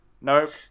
Nope